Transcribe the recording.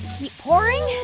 keep pouring.